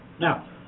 Now